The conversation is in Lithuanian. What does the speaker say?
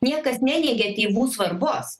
niekas neneigia tėvų svarbos